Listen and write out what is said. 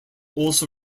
also